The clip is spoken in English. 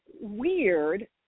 weird